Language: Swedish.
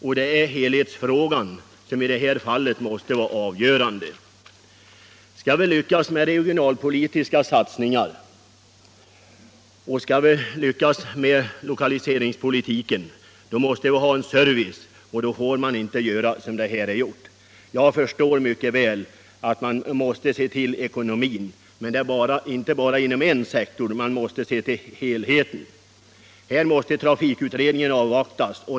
Och det är helhetsbilden som därvid måste vara avgörande. Skall vi lyckas med regionalpolitiska satsningar och med lokaliseringspolitiken måste det finnas service. Jag förstår mycket väl att man måste se till ekonomin, men man får inte ta den i betraktande bara inom en sektor — man måste se till helheten. Trafikutredningen måste avvaktas.